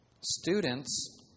students